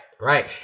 right